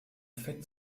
fett